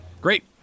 Great